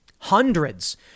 Hundreds